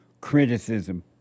criticism